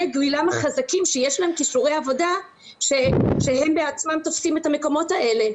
גילם החזקים שיש להם כישורי עבודה שהם בעצמם תופסים את המקומות האלה?